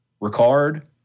Ricard